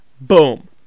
Boom